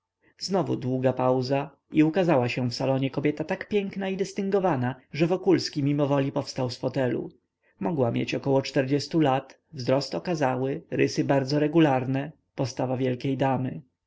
znowu długa pauza i ukazała się w salonie kobieta tak piękna i dystyngowana że wokulski mimowoli powstał z fotelu mogła mieć około lat wzrost okazały rysy bardzo regularne postawa wielkiej damy